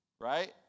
right